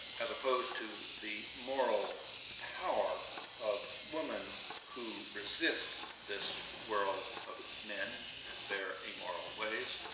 as opposed to the moral power of women who resist this world of men and their amoral ways.